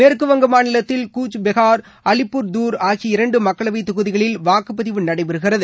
மேற்குவங்க மாநிலத்தில் கூச்பெகாா் அலிப்பூர்தூா் ஆகிய இரண்டு மக்களவை தொகுதிகளில் வாக்குப்பதிவு நடைபெறுகிறது